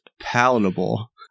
palatable